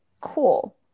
cool